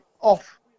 off